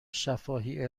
شفاهی